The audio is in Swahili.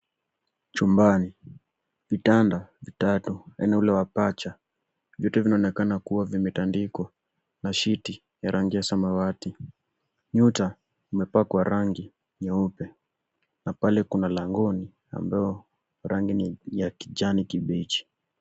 Chumbani. Vitanda vitatu yaani ule wa pacha. Vitu vinaonekana kuwa vimetandikwa na shiti ya rangi ya samawati. Nyuta umepakwa rangi nyeupe na pale kuna langoni ambayo rangi ni ya kijani kibichi.